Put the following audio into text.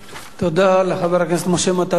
תודה לחבר הכנסת משה מטלון.